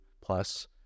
plus